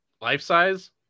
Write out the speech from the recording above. Life-size